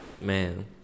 Man